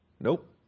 Nope